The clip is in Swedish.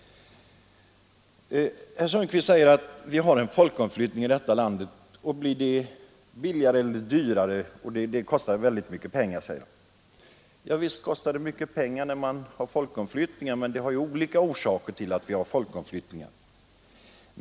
Herr Sundkvist säger att vi har en folkomflyttning som kostar mycket pengar, Ja, det är riktigt, men det finns flera orsaker till att vi har en folkomflyttning.